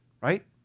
right